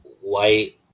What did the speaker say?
white